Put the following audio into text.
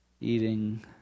eating